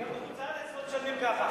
גם בחוץ-לארץ לא משלמים כך.